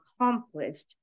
accomplished